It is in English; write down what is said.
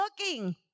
looking